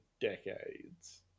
decades